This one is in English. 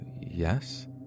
Yes